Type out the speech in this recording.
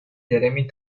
jeremy